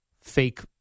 fake